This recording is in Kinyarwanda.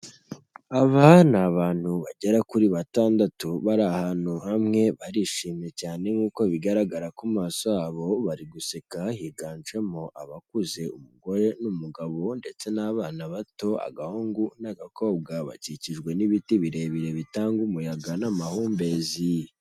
Aba ni abantu bagera kuri batandatu bari ahantu hamwe barishimye cyane nk'uko bigaragara ku maso yabo bari guseka, higanjemo abakuze, umugore n'umugabo ndetse n'abana bato agahungu n'agakobwa bakikijwe n'ibiti birebire bitanga umuyaga n'amahumbezi.